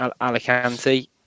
Alicante